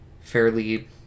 fairly